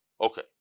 Okay